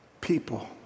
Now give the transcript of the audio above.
people